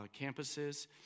campuses